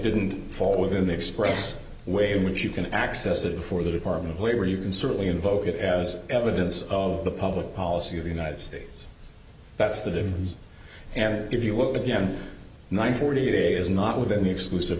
didn't fall within the express way in which you can access it for the department where you can certainly invoke it as evidence of the public policy of the united states that's the division and if you look at the n nine forty it is not within the exclusive